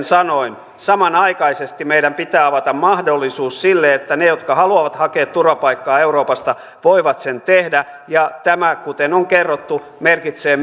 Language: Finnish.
sanoin samanaikaisesti meidän pitää avata mahdollisuus sille että ne jotka haluavat hakea turvapaikkaa euroopasta voivat sen tehdä ja tämä kuten on kerrottu merkitsee